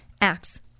acts